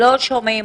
לא שומעים